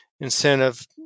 incentive